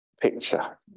picture